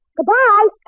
Goodbye